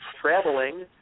traveling